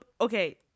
okay